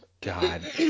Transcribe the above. God